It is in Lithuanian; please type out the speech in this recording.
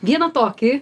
vieną tokį